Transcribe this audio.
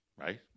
right